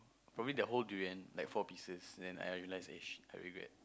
for me that whole durian like four pieces and then I realize eh shit I regret